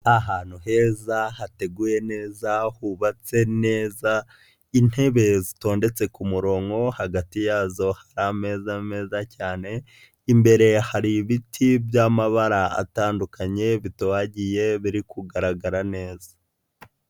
Ahantu heza hateguye neza, hubatse neza, intebe zitondetse ku murongo, hagati yazo hari ameza meza cyane, imbere hari ibiti byamabara atandukanye bitohagiye biri kugaragara neza.